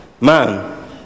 Man